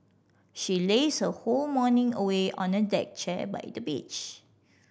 she lazed her whole morning away on a deck chair by the beach